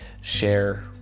share